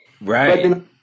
Right